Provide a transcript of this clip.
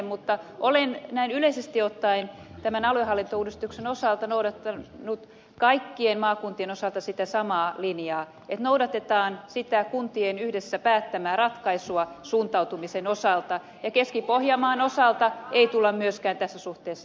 mutta olen näin yleisesti ottaen tämän aluehallintouudistuksen osalta noudattanut kaikkien maakuntien osalta sitä samaa linjaa että noudatetaan sitä kuntien yhdessä päättämää ratkaisua suuntautumisen osalta ja keski pohjanmaan osalta ei tulla myöskään tässä suhteessa tekemään poikkeusta